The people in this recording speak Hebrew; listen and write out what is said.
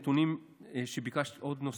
עוד נתונים נוספים שביקשת,